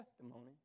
testimony